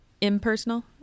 impersonal